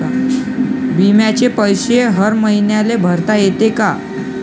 बिम्याचे पैसे हर मईन्याले भरता येते का?